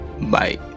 bye